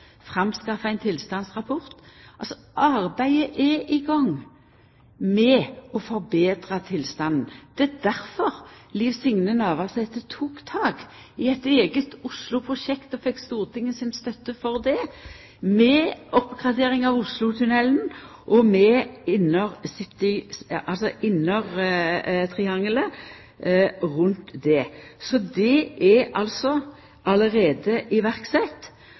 en tilstandsrapport Arbeidet med å forbetra tilstanden er i gang. Det var difor Liv Signe Navarsete tok tak i eit eige Osloprosjekt og fekk Stortinget si støtte til det – med oppgradering av Oslotunnelen og